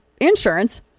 insurance